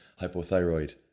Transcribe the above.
hypothyroid